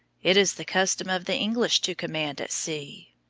it is the custom of the english to command at sea,